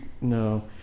no